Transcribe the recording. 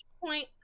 point